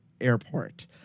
airport